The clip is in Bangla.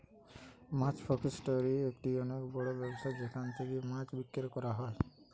মাছ ফাসিকটোরি একটা অনেক বড় ব্যবসা যেখান থেকে মাছ বিক্রি করা হয়